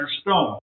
Stone